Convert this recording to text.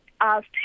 asked